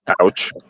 Ouch